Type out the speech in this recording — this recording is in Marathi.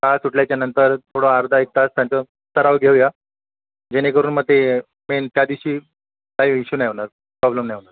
शाळा सुटल्याच्या नंतर थोडं अर्धा एक तास त्यांचं सराव घेऊ या जेणेकरून मग ते मेन त्या दिवशी काही इश्यू नाही होणार प्रॉब्लेम नाही होणार